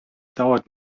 dauert